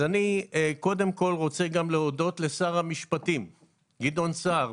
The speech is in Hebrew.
אז אני קודם כל רוצה גם להודות לשר המשפטים גדעון סער.